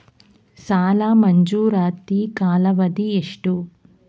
ಸಾಲ ಮಂಜೂರಾತಿ ಕಾಲಾವಧಿ ಎಷ್ಟು?